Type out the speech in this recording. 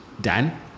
Dan